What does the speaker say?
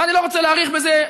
אני לא רוצה להאריך בזה.